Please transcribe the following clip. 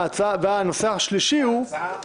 ההצעה